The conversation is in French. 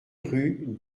rue